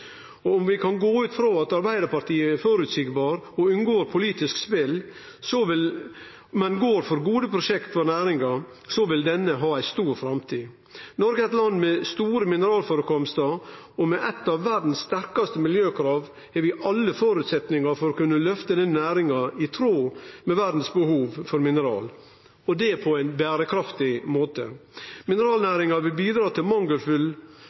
raud-grøne. Om vi kan gå ut frå at Arbeidarpartiet er føreseieleg og unngår politisk spel, men går for gode prosjekt for næringa, vil ho ha ei stor framtid. Noreg er eit land med store mineralførekomstar, og med nokre av verdas strengaste miljøkrav har vi alle føresetnader for å kunne løfte denne næringa i tråd med verdas behov for mineral, og det på ein berekraftig måte. Mineralnæringa vil bidra til